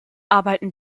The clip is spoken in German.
arbeiten